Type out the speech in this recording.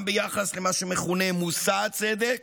גם ביחס למה שמכונה מושא הצדק,